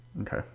Okay